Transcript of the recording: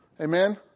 Amen